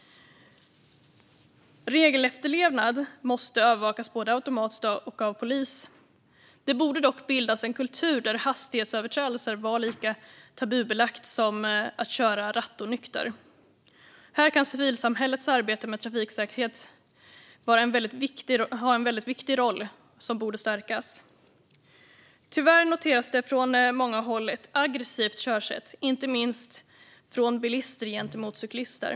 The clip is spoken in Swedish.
Regelefterlevnad måste övervakas både automatiskt och av polis. Det borde dock skapas en kultur där hastighetsöverträdelser är lika tabubelagda som att köra rattonykter. Här kan civilsamhällets arbete med trafiksäkerhet ha en väldigt viktig roll, som borde stärkas. Tyvärr noteras från många håll ett aggressivt körsätt, inte minst från bilister gentemot cyklister.